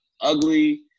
ugly